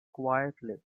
quietly